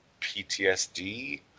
PTSD